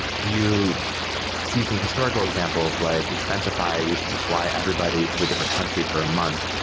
you see some historical examples, like expensify used to fly everybody to a different country for a month.